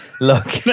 look